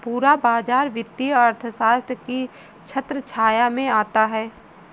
पूरा बाजार वित्तीय अर्थशास्त्र की छत्रछाया में आता है